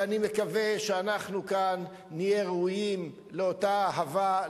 ואני מקווה שאנחנו כאן נהיה ראויים לאותה אהבה,